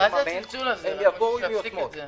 הם יבואו עם יוזמות.